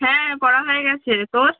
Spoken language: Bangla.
হ্যাঁ করা হয়ে গিয়েছে তোর